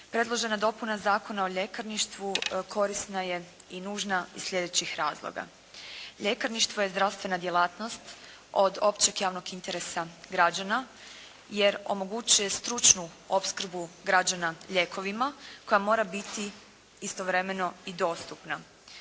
Predložena dopuna Zakona o ljekarništvu korisna je i nužna iz sljedećih razloga. Ljekarništvo je zdravstvena djelatnost od općeg javnog interesa građana jer omogućuje stručnu opskrbu građana lijekovima koja mora biti istovremeno i dostupna.